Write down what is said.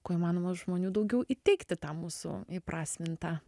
kuo įmanoma žmonių daugiau įteikti tą mūsų įprasmintą